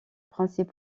principaux